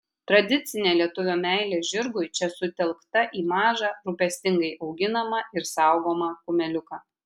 tradicinė lietuvio meilė žirgui čia sutelkta į mažą rūpestingai auginamą ir saugomą kumeliuką